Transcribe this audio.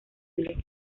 siglo